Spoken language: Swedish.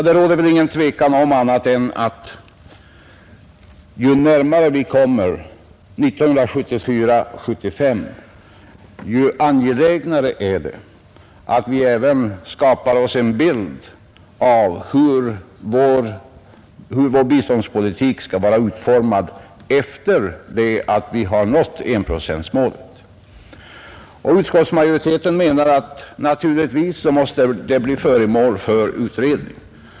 Det råder väl inget tvivel om att ju närmare vi kommer 1974/75, desto angelägnare blir det att vi även skapar oss en bild av hur vår biståndspolitik skall utformas efter det att vi uppnått enprocentsmålet. Utskottet menar att det naturligtvis måste bli föremål för utredning.